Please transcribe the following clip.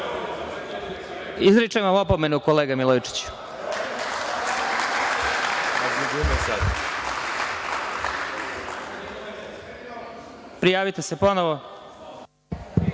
Izričem vam opomenu kolega Milojičiću. Prijavite se ponovo.